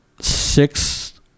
six